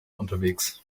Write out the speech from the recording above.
unterwegs